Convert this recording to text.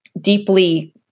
deeply